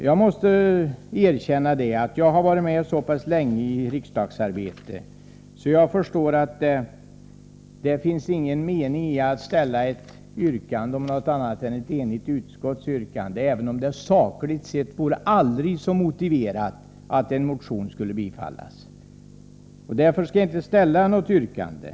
Jag måste erkänna att jag har varit med så länge i riksdagsarbetet att jag förstår att det inte är någon mening med att ställa ett yrkande mot ett enigt utskotts hemställan, även om det sakligt sett vore aldrig så motiverat att bifalla en motion. Därför skall jag inte ställa något yrkande.